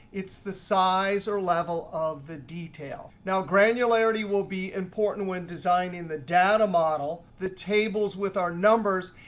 it's the size or level of the detail. now, granularity will be important when designing the data model, the tables with our numbers,